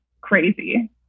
crazy